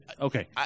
Okay